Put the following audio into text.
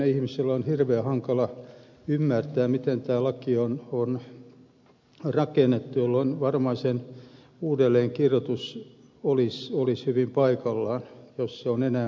ihmisten on hirveän hankala ymmärtää miten tämä laki on rakennettu jolloin varmaan sen uudelleenkirjoitus olisi hyvin paikallaan jos se on enää mahdollista